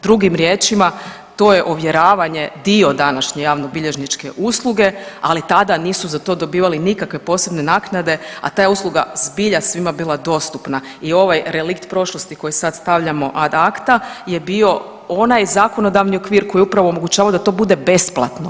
Drugim riječima, to je ovjeravanja dio današnje javnobilježničke usluge, ali tada nisu za to dobivali nikakve posebne naknade a ta je usluga zbilja svima bila dostupna i ovaj relikt prošlosti koji sad stavljamo ad acta je bio onaj zakonodavni okvir koji je upravo omogućavao da to bude besplatno.